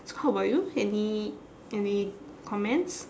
so how about you any any commentss